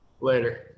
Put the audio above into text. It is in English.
Later